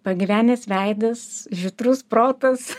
pagyvenęs veidas žvitrus protas